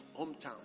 hometown